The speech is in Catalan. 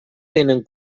tenen